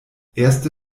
erste